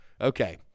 Okay